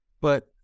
but-